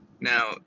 Now